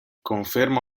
conferma